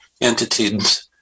entities